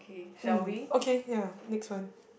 mm okay ya next one